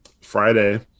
Friday –